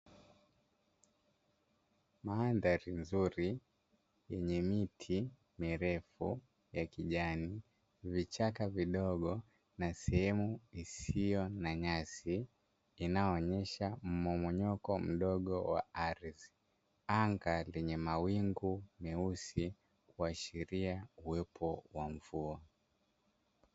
Mandhari nzuri yenye miti mirefu ya kijani, vichaka vidogo na sehemu isiyo na nyasi, inayoonyesha mmomonyoko mdogo wa ardhi. Anga lenye mawingu meusi kuashiria uwepo wa mvua.